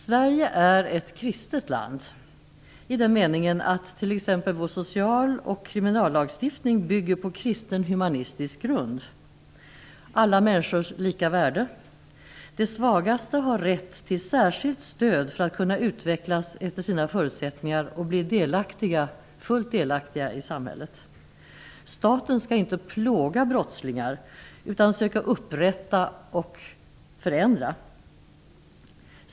Sverige är ett kristet land i den meningen att t.ex. vår social och kriminallagstiftning bygger på kristen humanistisk grund, alla människors lika värde. De svagaste har rätt till särskilt stöd för att kunna utvecklas efter sina förutsättningar och bli fullt delaktiga i samhället. Staten skall inte plåga brottslingar utan söka upprätta och förändra.